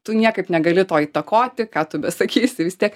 tu niekaip negali to įtakoti ką tu besakysi vis tiek